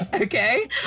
Okay